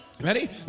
Ready